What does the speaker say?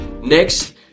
next